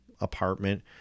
apartment